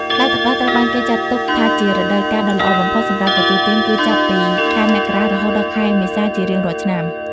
ផ្លែទឹកដោះត្រូវបានគេចាត់ទុកថាជារដូវកាលដ៏ល្អបំផុតសម្រាប់ទទួលទានគឺចាប់ពី ខែមករា រហូតដល់ខែមេសា ជារៀងរាល់ឆ្នាំ។